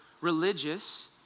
religious